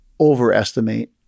overestimate